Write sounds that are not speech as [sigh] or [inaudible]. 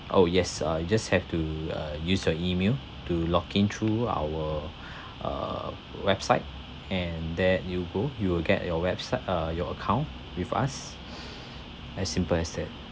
oh yes uh you just have to uh use your email to log in through our [breath] uh website and there you go you will get your websi~ uh your account with us as simple as that